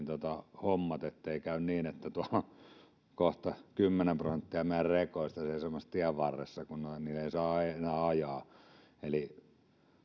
hommat ettei käy niin että tuolla on kohta kymmenen prosenttia meidän rekoistamme seisomassa tien varressa koska ei saa enää ajaa eli